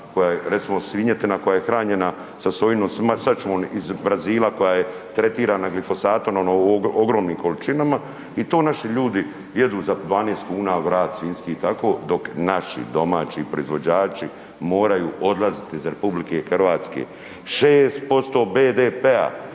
koja je recimo svinjetina koja je hranjena sa sojinom sačmom iz Brazila koja je tretirana glifosatom ono u ogromnim količinama i to naši ljudi jedu za 12 kuna vrat svinjski i tako dok naši domaći proizvođači moraju odlaziti iz RH. 6% BDP-a